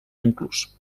montclús